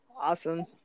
Awesome